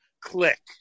click